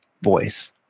voice